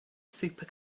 super